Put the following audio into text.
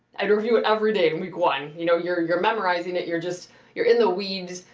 i'd review an everyday week one. you know your your memorizing it, you're just you're in the weeds.